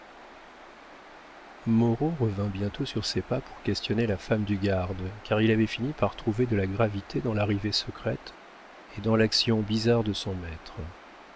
moreau revint bientôt sur ses pas pour questionner la femme du garde car il avait fini par trouver de la gravité dans l'arrivée secrète et dans l'action bizarre de son maître